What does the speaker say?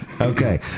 Okay